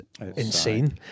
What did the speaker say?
insane